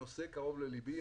הנושא קרוב ללבי.